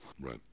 Right